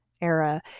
era